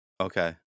Okay